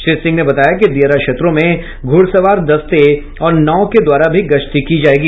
श्री सिंह ने बताया कि दियारा क्षेत्रों में घुड़सवार दस्ते और नाव के द्वारा भी गश्ती की जायेगी